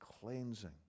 cleansing